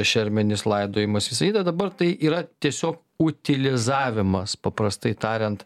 šermenys laidojimas visa kita dabar tai yra tiesiog utilizavimas paprastai tariant